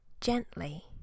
Gently